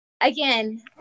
again